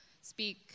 speak